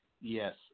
Yes